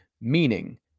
meaning